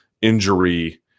injury